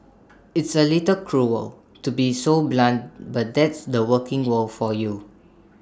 it's A little cruel to be so blunt but that's the working world for you